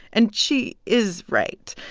and she is right.